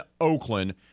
Oakland